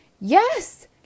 yes